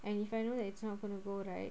and if I know that it's not going to go right